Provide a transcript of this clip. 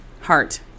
heart